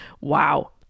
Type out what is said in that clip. Wow